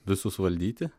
visus valdyti